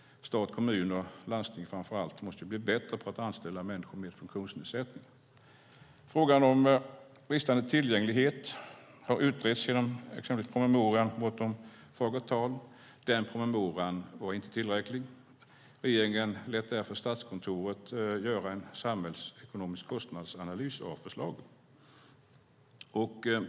Stat, kommuner och landsting framför allt måste bli bättre på att anställa människor med funktionsnedsättningar. Frågan om bristande tillgänglighet har utretts genom exempelvis promemorian Bortom fagert tal . Den promemorian var inte tillräcklig. Regeringen lät därför Statskontoret göra en samhällsekonomisk kostnadsanalys av förslagen.